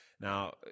Now